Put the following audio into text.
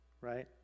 right